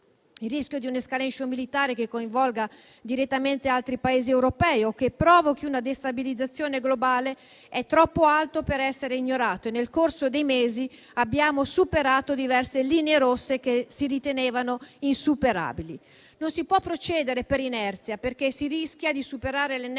Il rischio di un'*escalation* militare che coinvolga direttamente altri Paesi europei o che provochi una destabilizzazione globale è troppo alto per essere ignorato e nel corso dei mesi abbiamo superato diverse linee rosse che si ritenevano insuperabili. Non si può procedere per inerzia perché si rischia di superare l'ennesima